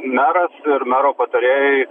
meras ir mero patarėjai